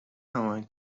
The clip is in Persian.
هماهنگ